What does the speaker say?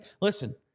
listen